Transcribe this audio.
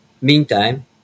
meantime